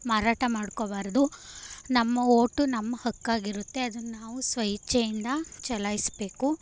ಮಾರಾಟ ಮಾಡ್ಕೊಳ್ಬಾರ್ದು ನಮ್ಮ ವೋಟು ನಮ್ಮ ಹಕ್ಕಾಗಿರುತ್ತೆ ಅದನ್ನ ನಾವು ಸ್ವಇಚ್ಛೆಯಿಂದ ಚಲಾಯಿಸಬೇಕು